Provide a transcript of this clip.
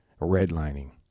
Redlining